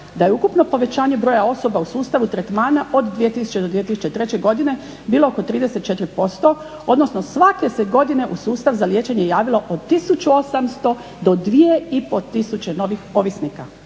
da je ukupno povećanje broja osoba u sustavu tretmana od 200. do 2003. godine bilo oko 34%, odnosno svake se godine u sustav za liječenje javilo od tisuću 800 do dvije